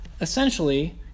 essentially